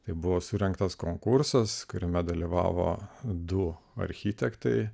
tai buvo surengtas konkursas kuriame dalyvavo du architektai